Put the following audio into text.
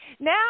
Now